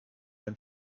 ein